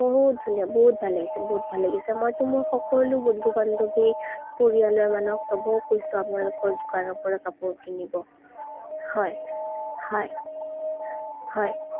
বহুত ধুনীয়া বহুত ভাল লাগিছে বহুত ভাল লাগিছে মইতো মোৰ সকলো বন্ধু বান্ধৱী পৰিয়ালৰ মানুহক চবকে কৈছোঁ আপোনালোকৰ দোকানৰ পৰা কাপোৰ কিনিব হয় হয় হয়